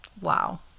Wow